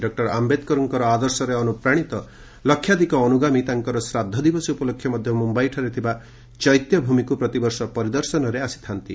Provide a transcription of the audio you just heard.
doctor ଆୟେଦକରଙ୍କର ଆଦର୍ଶରେ ଅନ୍ତ୍ରପ୍ରାଣୀତ ଲକ୍ଷାଧିକ ଅନ୍ତର୍ଗାମୀ ତାଙ୍କର ଶ୍ରାଦ୍ଧ ଦିବସ ଉପଲକ୍ଷେ ମଧ୍ୟ ମ୍ରମ୍ୟାଇରେ ଥିବା ଚୈତ୍ୟଭୂମିକୁ ପ୍ରତିବର୍ଷ ପରିଦର୍ଶନରେ ଆସିଥା'ନ୍ତି